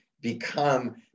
become